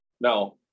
Now